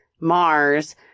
Mars